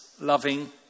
loving